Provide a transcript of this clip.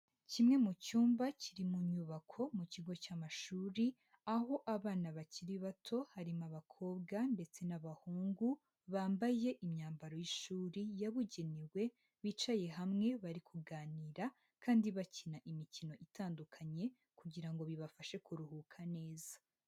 Kimwe mu cyumba kiri mu nyubako mu kigo cy'amashuri, aho abana bakiri bato harimo abakobwa ndetse n'abahungu bambaye imyambaro y'ishuri yabugenewe bicaye hamwe bari kuganira kandi bakina imikino itandukanye kugira ngo babashe kuruhuka neza.